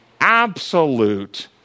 absolute